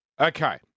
Okay